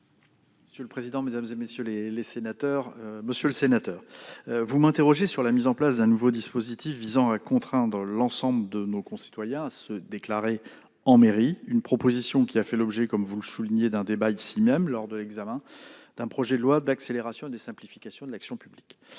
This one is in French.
? La parole est à M. le secrétaire d'État. Monsieur le sénateur, vous m'interrogez sur la mise en place d'un nouveau dispositif visant à contraindre l'ensemble de nos concitoyens à se déclarer en mairie, proposition qui a fait l'objet, comme vous le soulignez, d'un débat ici même lors de l'examen du projet de loi d'accélération et de simplification de l'action publique.